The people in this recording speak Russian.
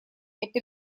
это